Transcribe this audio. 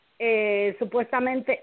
supuestamente